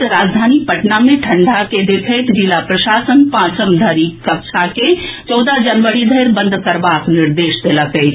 एम्हर राजधानी पटना मे ठंडा के देखैत जिला प्रशासन पांचम धरिक कक्षा के चौदह जनवरी धरि बंद करबाक निर्देश देलक अछि